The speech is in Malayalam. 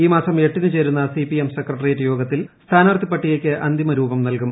ഈ മാസം എട്ടിന് ചേരുന്ന സിപിഎം സെക്രട്ടേറിയറ്റ് യോഗത്തിൽ സ്ഥാനാർഥി പട്ടികയ്ക്ക് അന്തിമരൂപം നൽകും